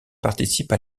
participe